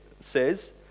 says